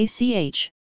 ACH